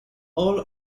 all